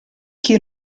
chi